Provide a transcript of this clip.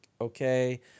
okay